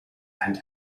and